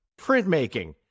printmaking